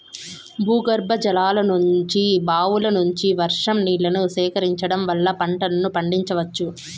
భూగర్భజలాల నుంచి, బావుల నుంచి, వర్షం నీళ్ళను సేకరించడం వల్ల పంటలను పండించవచ్చు